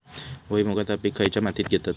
भुईमुगाचा पीक खयच्या मातीत घेतत?